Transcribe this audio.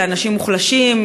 לאנשים מוחלשים,